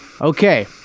Okay